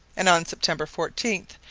and on september fourteen,